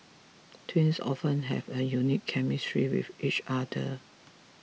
twins often have a unique chemistry with each other